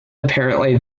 apparently